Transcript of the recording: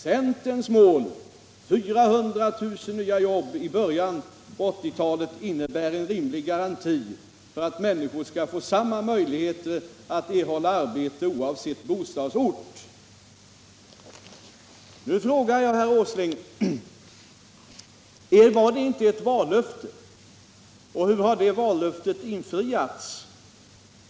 Centerns mål 400 000 nya jobb i början på 1980-talet innebär en rimlig garanti för att människor skall få samma möjligheter att erhålla arbete oavsett bostadsort.” Nu frågar jag herr Åsling: Var det inte ett vallöfte? Och hur har det vallöftet infriats?